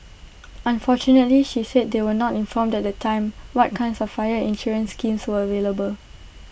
unfortunately she said they were not informed at the time what kinds of fire insurance schemes were available